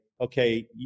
okay